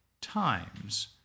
times